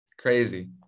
Crazy